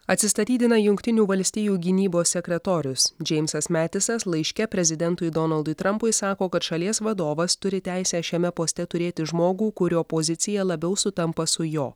atsistatydina jungtinių valstijų gynybos sekretorius džeimsas metisas laiške prezidentui donaldui trampui sako kad šalies vadovas turi teisę šiame poste turėti žmogų kurio pozicija labiau sutampa su jo